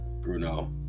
Bruno